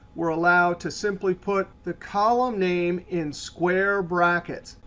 we are allowed to simply put the column name in square brackets.